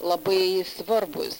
labai svarbūs